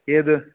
ഏത്